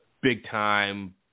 big-time